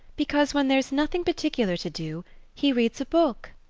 because when there's nothing particular to do he reads a book.